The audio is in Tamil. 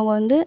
அவங்க வந்து